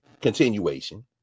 continuation